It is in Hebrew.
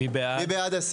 מי נגד?